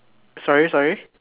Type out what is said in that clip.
sorry sorry